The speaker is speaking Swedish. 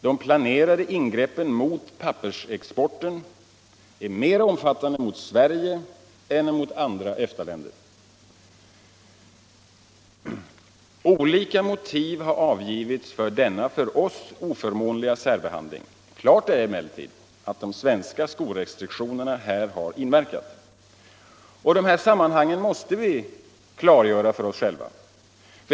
De planerade ingreppen mot pappersexporten är mera omfattande mot Sverige än mot andra EFTA-länder. Olika motiv har angivits för denna för oss oförmånliga särbehandling. Klart är emellertid att de svenska skorestriktionerna här har inverkat. debatt och valutapolitisk debatt Dessa sammanhang måste vi klargöra för oss själva.